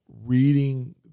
reading